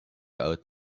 out